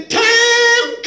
time